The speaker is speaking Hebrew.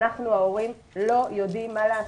אנחנו ההורים לא יודעים מה לעשות.